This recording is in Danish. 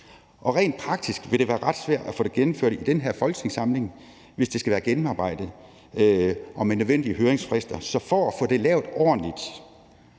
Og rent praktisk vil det være ret svært af få det gennemført i den her folketingssamling, hvis det skal være gennemarbejdet og med de nødvendige høringsfrister. Så på baggrund af at det skal gøres ordentligt,